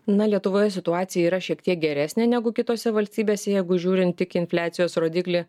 na lietuvoje situacija yra šiek tiek geresnė negu kitose valstybėse jeigu žiūrint tik infliacijos rodiklį